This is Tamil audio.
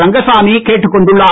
ரங்கசாமி கேட்டுக் கொண்டுள்ளார்